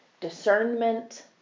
discernment